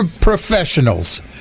professionals